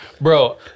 Bro